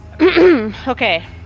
Okay